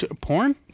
Porn